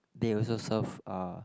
they also serve uh